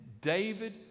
David